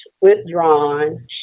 withdrawn